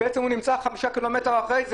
אבל בעצם הוא נמצא חמישה קילומטר משם,